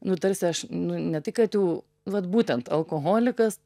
nu tarsi aš nu ne tai kad jau vat būtent alkoholikas